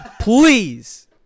Please